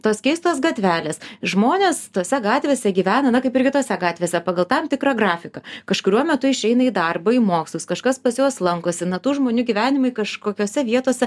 tos keistos gatvelės žmonės tose gatvėse gyvena na kaip ir kitose gatvėse pagal tam tikrą grafiką kažkuriuo metu išeina į darbą į mokslus kažkas pas juos lankosi na tų žmonių gyvenimai kažkokiose vietose